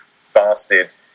fasted